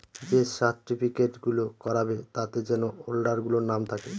যে সার্টিফিকেট গুলো করাবে তাতে যেন হোল্ডার গুলোর নাম থাকে